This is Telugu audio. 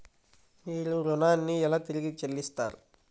మీరు ఋణాన్ని ఎలా తిరిగి చెల్లిస్తారు?